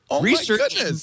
research